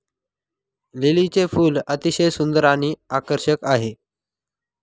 लिलीचे फूल अतिशय सुंदर आणि आकर्षक आहे